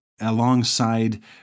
alongside